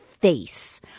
face